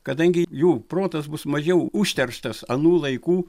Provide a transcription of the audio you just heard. kadangi jų protas bus mažiau užterštas anų laikų